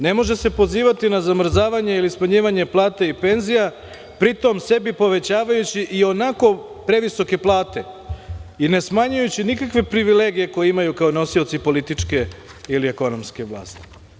Ne može se pozivati na zamrzavanje ili smanjivanje plata i penzija, pri tom sebi povećavajući i onako previsoke plate i ne smanjujući nikakve privilegije koje imaju kao nosioci političke ili ekonomske vlasti.